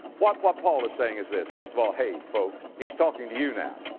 what, what paul is saying is this. first of all, hey, folks, he's talking to you now,